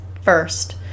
first